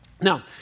Now